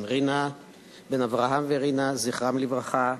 בן אברהם ורינה, זכרם לברכה,